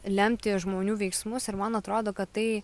lemti žmonių veiksmus ir man atrodo kad tai